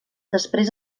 després